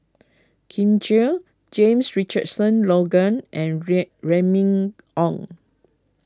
Kin Chui James Richardson Logan and Remy Ong